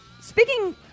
speaking